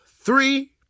three